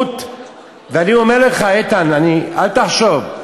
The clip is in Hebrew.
ואני אומר לך, איתן, אל תחשוב.